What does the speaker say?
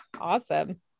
awesome